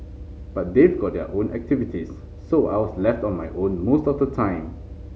but they've got their own activities so I was left on my own most of the time